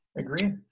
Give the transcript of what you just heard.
Agree